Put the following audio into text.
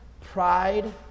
Pride